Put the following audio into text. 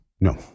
No